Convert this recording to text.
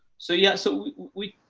so, yeah. so we,